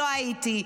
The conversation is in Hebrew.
לא הייתי.